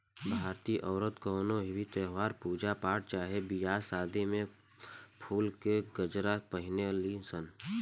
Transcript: भारतीय औरत कवनो भी त्यौहार, पूजा पाठ चाहे बियाह शादी में फुल के गजरा पहिने ली सन